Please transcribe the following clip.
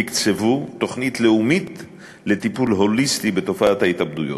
תקצבו תוכנית לאומית לטיפול הוליסטי בתופעת ההתאבדויות.